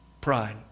pride